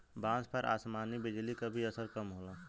बांस पर आसमानी बिजली क भी असर कम होला